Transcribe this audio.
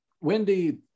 wendy